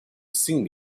seen